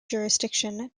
jurisdiction